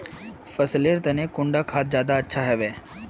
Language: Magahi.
फसल लेर तने कुंडा खाद ज्यादा अच्छा हेवै?